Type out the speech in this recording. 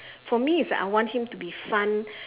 for me it's I want him to be fun